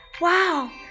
Wow